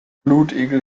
blutegel